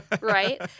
right